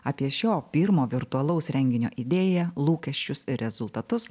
apie šio pirmo virtualaus renginio idėją lūkesčius ir rezultatus